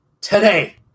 today